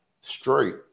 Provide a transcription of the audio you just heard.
straight